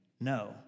No